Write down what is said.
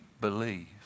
believe